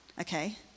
okay